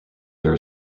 there